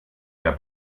der